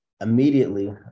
immediately